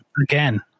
again